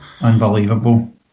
Unbelievable